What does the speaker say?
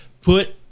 put